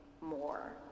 more